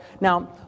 Now